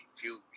huge